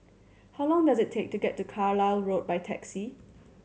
how long does it take to get to Carlisle Road by taxi